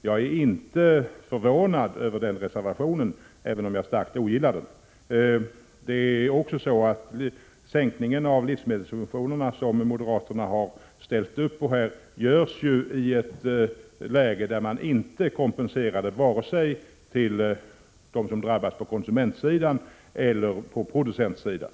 Jag är inte förvånad över reservationen på den punkten, men jag ogillar den starkt. Sänkningen av livsmedelssubventionerna, som moderaterna har föreslagit, görs ju i ett läge där de som drabbas inte får någon kompensation, varken på konsumentsidan eller på producentsidan.